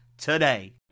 today